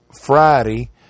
Friday